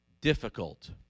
difficult